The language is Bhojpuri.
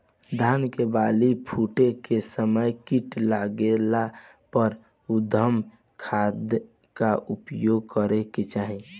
धान के बाली फूटे के समय कीट लागला पर कउन खाद क प्रयोग करे के चाही?